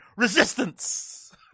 Resistance